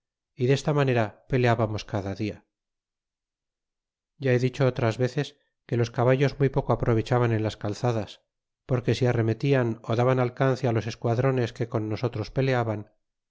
y desta manera peleábamos cada dia ya he dicho otras veces que los caballos muy poco aprovechaban en las calzadas porque si arremetian ó daban alcance los esquadrones que con nosotros peleaban